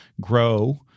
grow